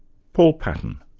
paul patton.